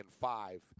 five